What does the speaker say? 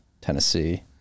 Tennessee